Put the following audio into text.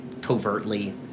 covertly